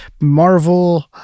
marvel